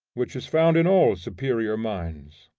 which is found in all superior minds.